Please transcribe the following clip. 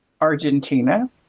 Argentina